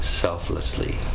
selflessly